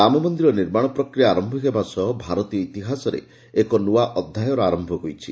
ରାମ ମନ୍ଦିର ନିର୍ମାଣ ପ୍ରକ୍ରିୟା ଆରମ୍ଭ ହେବା ସହ ଭାରତୀୟ ଇତିହାସରେ ଏକ ନୂଆ ଅଧ୍ୟାୟର ଆରମ୍ଭ ହୋଇଛି